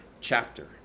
chapter